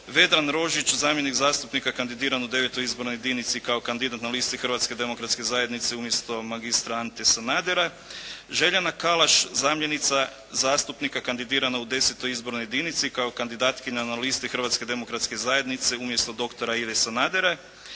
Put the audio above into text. Vedran Rožić zamjenik zastupnika kandidiran u IX. izbornoj jedinici kao kandidat na listi Hrvatske demokratske zajednice umjesto magistra Ante Sanadera, Željana Kalaš zamjenica zastupnika kandidirana u X. izbornoj jedinici kao kandidatkinja na listi Hrvatske demokratske zajednice umjesto doktora Ive Sanadera,